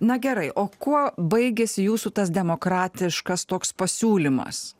na gerai o kuo baigiasi jūsų tas demokratiškas toks pasiūlymas